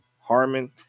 Harmon